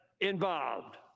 involved